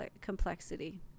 complexity